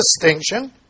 distinction